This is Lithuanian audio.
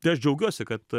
tai aš džiaugiuosi kad